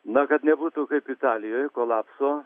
na kad nebūtų kaip italijoj kolapso